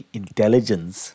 intelligence